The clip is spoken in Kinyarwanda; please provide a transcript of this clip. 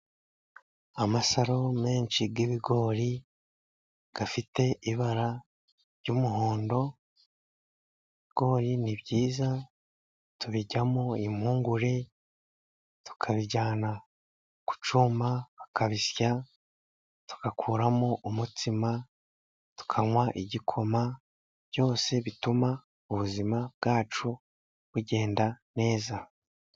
Amasaro menshi y'ibigori， afite ibara ry'umuhondo, ibigori ni byiza， tubiryamo impungure， tukabijyana ku cyuma bakabisya， tugakuramo umutsima，tukanywa igikoma， byose bituma ubuzima bwacu bugenda neza.